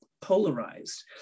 polarized